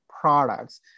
products